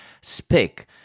speak